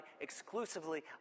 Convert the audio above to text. exclusively